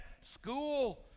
school